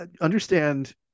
understand